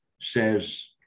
says